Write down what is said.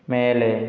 மேலே